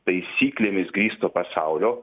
taisyklėmis grįsto pasaulio